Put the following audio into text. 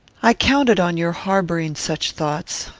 i counted on your harbouring such thoughts.